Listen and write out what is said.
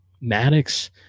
Maddox